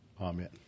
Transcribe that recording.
Amen